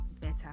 better